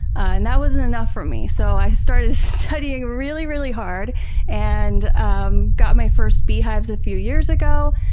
and that wasn't enough for me. so, i started studying really, really hard and um got my first beehives a few years ago.